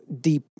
deep